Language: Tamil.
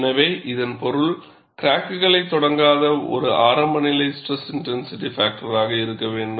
எனவே இதன் பொருள் கிராகுக்குளைத் தொடங்காத ஒரு ஆரம்பநிலை ஸ்ட்ரெஸ் இன்டென்சிட்டி பாக்டர் இருக்க வேண்டும்